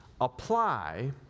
apply